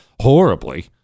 horribly